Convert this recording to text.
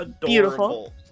Beautiful